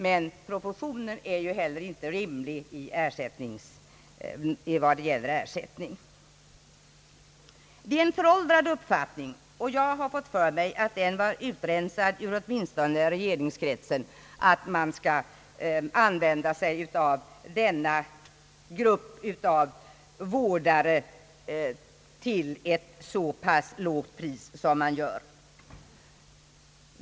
Men proportionen är heller inte rimlig när det gäller ersättningen. Det är en föråldrad uppfattning — och jag hade fått för mig att den var utrensad åtminstone ur regeringskretsen — att man skall utnyttja denna grupp av vårdare till ett så pass lågt pris som man gör.